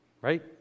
Right